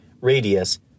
Radius